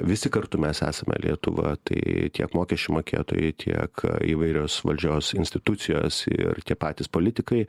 visi kartu mes esame lietuva tai tiek mokesčių mokėtojai tiek įvairios valdžios institucijos ir tie patys politikai